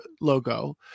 logo